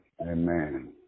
Amen